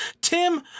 Tim